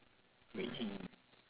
winning